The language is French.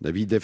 L'avis de